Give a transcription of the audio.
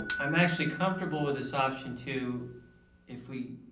i'm actually comfortable with this option two if we